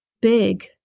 Big